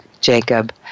Jacob